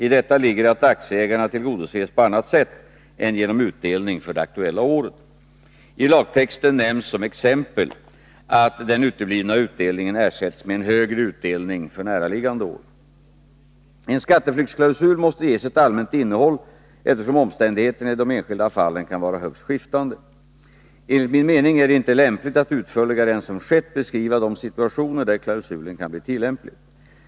I detta ligger att aktieägarna tillgodoses på annat sätt än genom utdelning för det aktuella året. I lagtexten nämns som exempel att den uteblivna utdelningen ersätts med en högre utdelning för näraliggande år. En skatteflyktsklausul måste ges ett allmänt innehåll eftersom omständigheterna i de enskilda fallen kan vara högst skiftande. Enligt min mening är det inte lämpligt att utförligare än som skett beskriva de situationer där klausulen kan bli tillämplig.